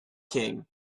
king